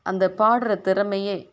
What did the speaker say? அந்த பாடுகிற திறமையை